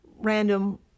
Random